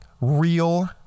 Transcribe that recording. real